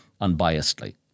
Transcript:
unbiasedly